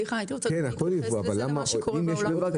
ה-מ.מ.מ.